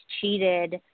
cheated